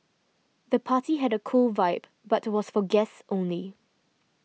the party had a cool vibe but was for guests only